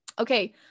okay